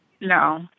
No